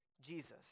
Jesus